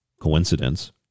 Coincidence